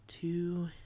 two